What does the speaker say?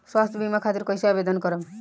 स्वास्थ्य बीमा खातिर कईसे आवेदन करम?